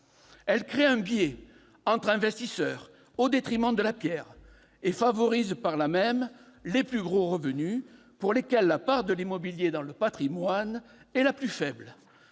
Elle crée ensuite un biais entre investisseurs, au détriment de la pierre, et favorise par là même les plus gros revenus, ceux pour lesquels la part de l'immobilier dans le patrimoine est la plus faible.